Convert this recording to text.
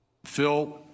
Phil